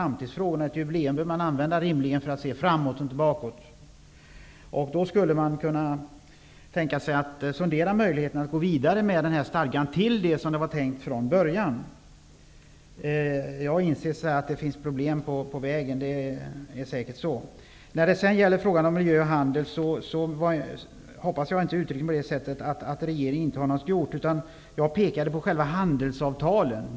Med tanke på FN-jubileet 1995 blir det intressant att sondera möjligheten att gå vidare med den här stadgan till det som den var tänkt att bli från början. Jag inser att det finns problem på vägen. Det är säkert så. När det sedan gäller frågan om miljö och handel hoppas jag att jag inte uttryckte mig på det sättet att regeringen inte har gjort något. Jag pekade på själva handelsavtalen.